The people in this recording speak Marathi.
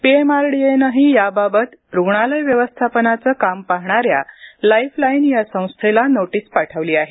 पीएमआरडीएनंही याबाबत रुग्णालय व्यवस्थापनाचं काम पाहणाऱ्या लाईफ लाईन या संस्थेला नोटीस पाठवली आहे